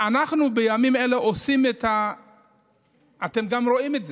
אנחנו בימים אלה, אתם גם רואים את זה,